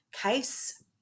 Case